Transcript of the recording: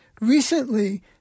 Recently